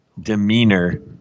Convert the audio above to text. demeanor –